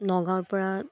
নগাঁৱৰপৰা